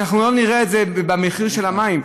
אנחנו לא נראה את זה במחיר של המים.